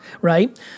right